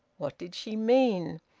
what did she mean?